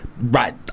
right